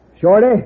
Shorty